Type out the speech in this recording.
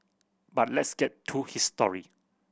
but let's get to his story